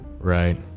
right